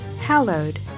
Hallowed